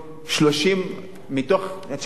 מתוך 900 פניות,